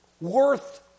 worth